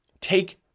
take